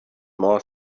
more